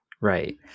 Right